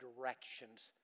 directions